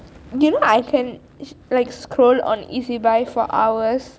you know my friend like scroll on ezbuy for hours